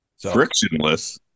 Frictionless